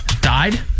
died